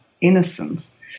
innocence